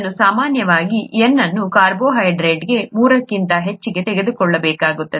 ಮತ್ತು ಸಾಮಾನ್ಯವಾಗಿ n ಅನ್ನು ಕಾರ್ಬೋಹೈಡ್ರೇಟ್ಗೆ ಮೂರಕ್ಕಿಂತ ಹೆಚ್ಚಿಗೆ ತೆಗೆದುಕೊಳ್ಳಲಾಗುತ್ತದೆ